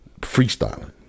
freestyling